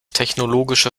technologische